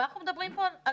ואנחנו מדברים פה על